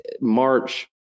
March